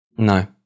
No